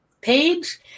page